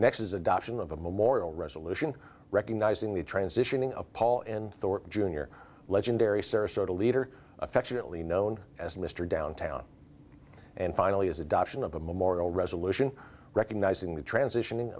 nexts adoption of a memorial resolution recognizing the transitioning of paul and thor jr legendary sarasota leader affectionately known as mr downtown and finally as adoption of a memorial resolution recognizing the transitioning